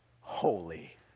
holy